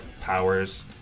powers